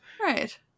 Right